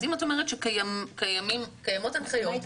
אז אם את אומרת שקיימות הנחיות,